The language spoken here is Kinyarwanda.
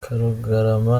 karugarama